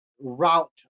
route